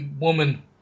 woman